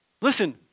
Listen